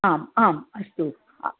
आम् आम् अस्तु